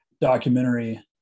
documentary